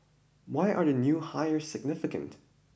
why are the new hires significant